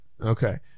okay